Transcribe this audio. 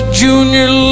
junior